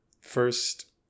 first